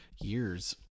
years